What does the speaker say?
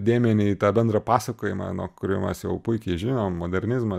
dėmenį į tą bendrą pasakojimą nu kurį mes jau puikiai žinom modernizmas